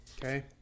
Okay